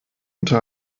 guten